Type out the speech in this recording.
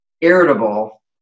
irritable